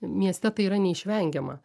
mieste tai yra neišvengiama